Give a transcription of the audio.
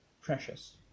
precious